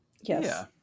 Yes